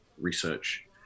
research